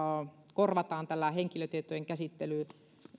korvataan tällä henkilötietojen